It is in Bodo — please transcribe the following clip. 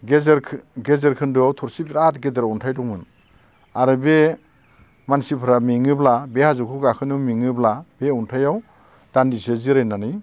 गेजेर गेजेर खोन्दोआव थरसे बिराद गिदिर अन्थाइ दंमोन आरो बे मानसिफोरा मेङोब्ला बे हाजोखौ गाखोनायाव मेङोब्ला बे अन्थायाव दान्दिसे जिरायनानै